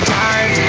time